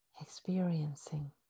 experiencing